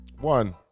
One